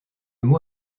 mot